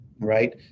Right